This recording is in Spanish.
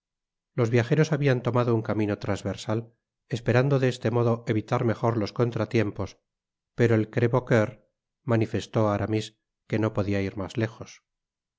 los viajeros habian tomado un camino transversal esperando de este modo evitar mejor los contratiempos pero en crevecoeur manifestó aramis que no podia ir mas lejos